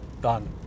done